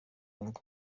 ngo